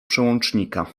przełącznika